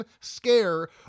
scare